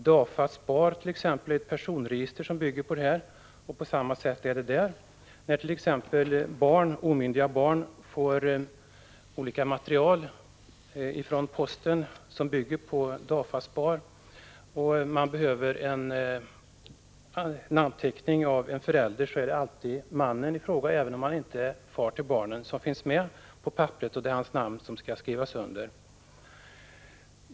DAFA-SPAR t.ex. är ett personregister som bygger på folkbokföringen, och det är på samma sätt där när det gäller samhörighetsperson. När omyndiga barn får material med posten som bygger på DAFA-SPAR och det fordras en namnteckning av en förälder är det alltid mannen, även om han inte är far till barnen, som finns med på papperet. Det är hans namn som skall skrivas under.